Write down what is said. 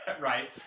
right